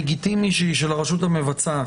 לגיטימי שהיא של הרשות המבצעת,